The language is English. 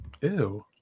Ew